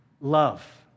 Love